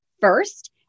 first